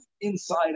inside